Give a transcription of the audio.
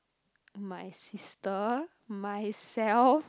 my sister myself